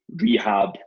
rehab